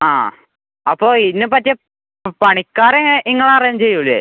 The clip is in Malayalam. ആ അപ്പോൾ ഇതിന് പറ്റിയ പണിക്കാരെ ഇങ്ങളറേൻജ് ചെയ്യൂലേ